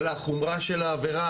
על החומרה של העבירה,